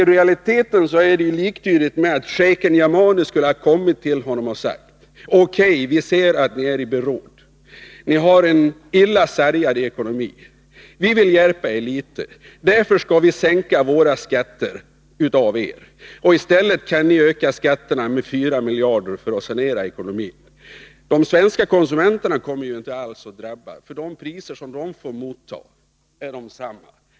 I realiteten är nuläget liktydigt med att shejk Yamani skulle ha kommit till Rolf Wirtén och sagt: O.K., vi ser att ni är i beråd. Ni har en illa sargad ekonomi. Vi vill hjälpa er litet. Därför skall vi sänka de skatter vi tar ut av er. I stället kan ni öka skatterna med 4 miljarder för att sanera ekonomin. De svenska konsumenterna kommer inte alls att drabbas, för de priser som de får betala är desamma.